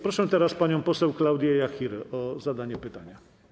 Proszę teraz panią poseł Klaudię Jachirę o zadanie pytania.